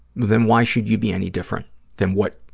then why should you be any different than what